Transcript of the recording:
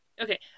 Okay